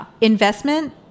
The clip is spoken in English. investment